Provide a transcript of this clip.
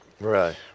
Right